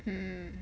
mm